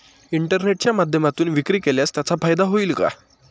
इंटरनेटच्या माध्यमातून विक्री केल्यास त्याचा फायदा होईल का?